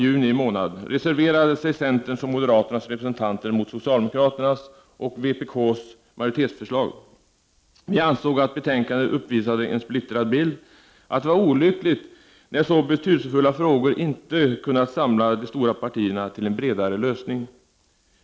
Vi ansåg att betänkandet uppvisade en splittrad bild, att det var olyckligt när så betydelsefulla frågor inte kunnat samla de stora partierna till en bredare lösning.